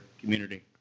community